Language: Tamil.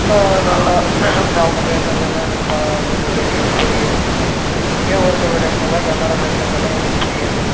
நல்லா அவங்க பேசுகிறதெல்லாம் எனக்கு பா கொஞ்சம் தெரியும் புரியும் இல்லை எனக்கே ஒரு சில டைமெல்லாம் கன்னடம் பேசுகிறதெல்லாம் எனக்கு புரியாது